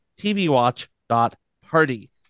tvwatch.party